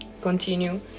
continue